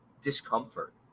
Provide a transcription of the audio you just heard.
discomfort